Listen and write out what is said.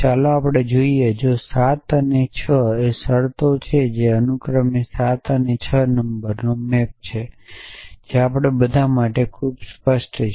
ચાલો જોઈએ અને જો 7 અને 6 એ શરતો છે જે અનુક્રમે 7 અને 6 નંબરનો મેપ છે જે આપણા બધા માટે ખૂબ જ સ્પષ્ટ છે